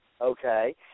okay